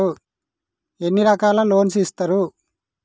ఎన్ని రకాల లోన్స్ ఇస్తరు?